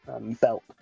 belt